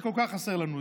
שכל כך חסר לנו.